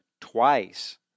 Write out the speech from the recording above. twice